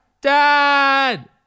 Dad